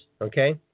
okay